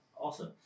awesome